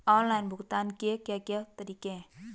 Online भुगतान के क्या क्या तरीके हैं?